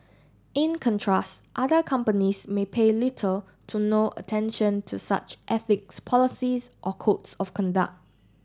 in contrast other companies may pay little to no attention to such ethics policies or codes of conduct